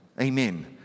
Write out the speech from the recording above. Amen